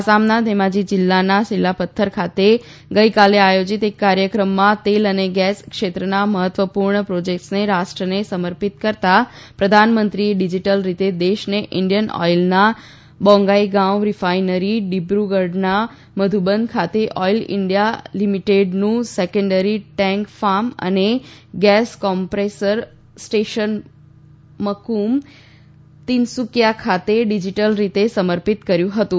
આસામના ઘેમાજી જિલ્લાના સીલાપથર ખાતે ગઈકાલે આયોજિત એક કાર્યક્રમમાં તેલ અને ગેસ ક્ષેત્રના મહત્વપૂર્ણ પ્રોજેક્ટ્સને રાષ્ટ્રને સમર્પિત કરતાં પ્રધાનમંત્રીએ ડિજિટલ રીતે દેશને ઇન્ડિયન ઓઇલના બોંગાઇગાંવ રિફાઇનરી ડિબ્રુગઢના મધુબન ખાતે ઓઇલ ઇન્ડિયા લિમિટેડનું સેકન્ડરી ટેન્ક ફાર્મ અને ગેસ કોમ્પ્રેસર સ્ટેશન મફ્મ તિનસુકિયા ખાતે ડિજિટલ રીતે સમર્પિત કર્યું હતું